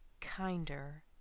kinder